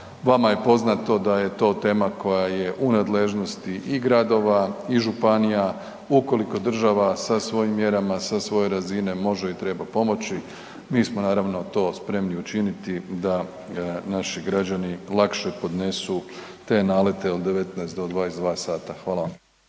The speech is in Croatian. Vama je poznato da je to tema koja je u nadležnosti i gradova i županija ukoliko država sa svojim mjerama, sa svoje razine može i treba pomoći. Mi smo naravno to spremni učiniti da naši građani lakše podnesu te nalete od 19 do 22 sata. Hvala vam.